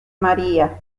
maría